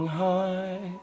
high